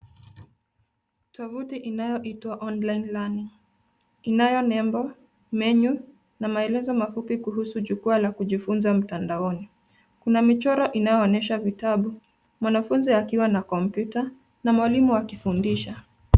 Tovuti inayoitwa online learning , inayo nembo, menyu na maelezo mafupi, kuhusu jukwaa la kujifunza mtandaoni. Kuna michoro inayoonyesha vitabu, mwanafunzi akiwa na kompyuta na mwalimu akifundisha.